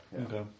Okay